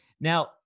now